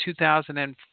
2004